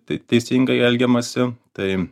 tai teisingai elgiamasi tai